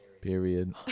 period